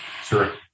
Sure